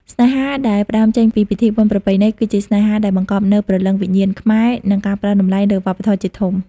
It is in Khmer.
ស្នេហាដែលផ្ដើមចេញពីពិធីបុណ្យប្រពៃណី គឺជាស្នេហាដែលបង្កប់នូវ "ព្រលឹងវិញ្ញាណខ្មែរ" និងការផ្ដល់តម្លៃលើវប្បធម៌ជាធំ។